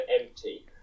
empty